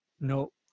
No